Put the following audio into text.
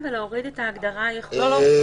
נכון,